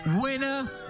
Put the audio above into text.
Winner